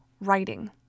Writing